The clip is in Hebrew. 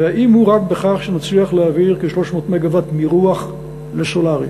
והאם הוא רק בכך שנצליח להעביר כ-300 מגה-ואט מרוח לסולרי,